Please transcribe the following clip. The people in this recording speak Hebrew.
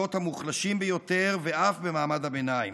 במעמדות המוחלשים ביותר ואף במעמד הביניים.